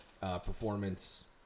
performance